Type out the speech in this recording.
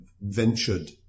ventured